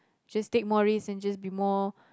just take more risk and just be more